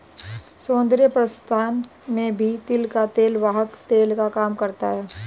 सौन्दर्य प्रसाधन में भी तिल का तेल वाहक तेल का काम करता है